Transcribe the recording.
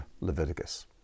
Leviticus